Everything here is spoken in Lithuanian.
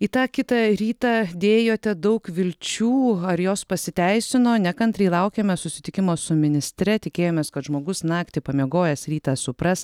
į tą kitą rytą dėjote daug vilčių ar jos pasiteisino nekantriai laukiame susitikimo su ministre tikėjomės kad žmogus naktį pamiegojęs rytą supras